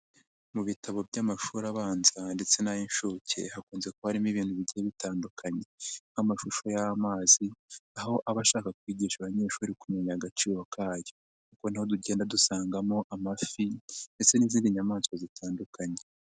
Mu bitabo by'amashuri abanza ndetse n'ay'inshuke hakunze kuba harimo ibintu bigiye bitandukanye, nk'amashusho y'amazi aho aba ashaka kwigisha abanyeshuri kumenya agaciro kayo, kuko niho tugenda dusangamo amafi ndetse n'izindi nyamaswa zitandukanye.